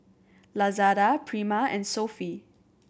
Lazada Prima and Sofy